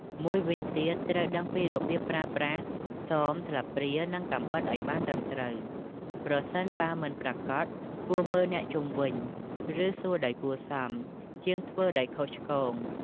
មួយវិញទៀត ត្រូវដឹងពីរបៀបប្រើប្រាស់សម ស្លាបព្រា និងកាំបិតឱ្យបានត្រឹមត្រូវ ប្រសិនបើមិនប្រាកដ គួរមើលអ្នកជុំវិញ ឬសួរដោយគួរសមជាងធ្វើដោយខុសឆ្គង។